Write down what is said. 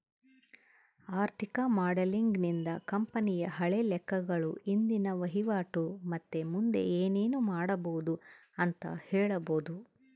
ಆರ್ಥಿಕ ಮಾಡೆಲಿಂಗ್ ನಿಂದ ಕಂಪನಿಯ ಹಳೆ ಲೆಕ್ಕಗಳು, ಇಂದಿನ ವಹಿವಾಟು ಮತ್ತೆ ಮುಂದೆ ಏನೆನು ಮಾಡಬೊದು ಅಂತ ಹೇಳಬೊದು